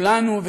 כולנו,